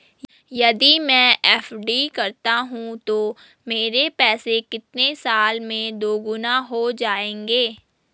यदि मैं एफ.डी करता हूँ तो मेरे पैसे कितने साल में दोगुना हो जाएँगे?